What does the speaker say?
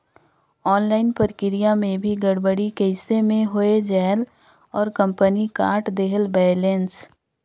Online प्रक्रिया मे भी गड़बड़ी कइसे मे हो जायेल और कंपनी काट देहेल बैलेंस?